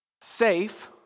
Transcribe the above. safe